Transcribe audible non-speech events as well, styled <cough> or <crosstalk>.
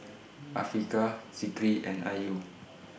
<noise> Afiqah Zikri and Ayu